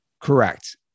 Correct